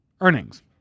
earnings